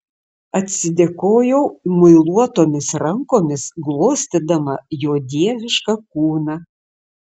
atsidėkojau muiluotomis rankomis glostydama jo dievišką kūną